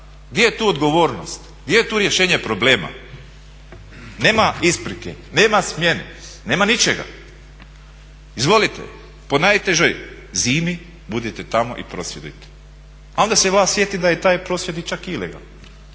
Di je tu odgovornost? Di je tu rješenje problema? Nema isprike, nema smjene, nema ničega. Izvolite po najtežoj zimi budite tamo i prosvjedujte. A onda se vlast sjeti da je taj prosvjed čak i ilegalan,